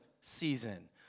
season